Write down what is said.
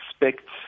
expect